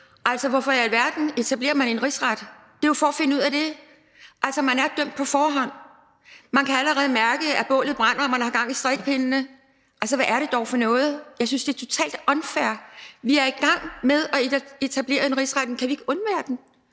Altså, hvorfor i alverden etablerer man en rigsretssag ? Det er jo for at finde ud af det. Men altså, man er dømt på forhånd her. Man kan allerede mærke, at bålet brænder, og at man har gang i strikkepindene. Altså, hvad er det dog for noget? Jeg synes, det er totalt unfair. Vi er i gang med at etablere en rigsretssag, men kan vi ikke undvære den?